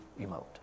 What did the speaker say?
emote